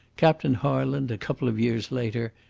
captain harland, a couple of years later,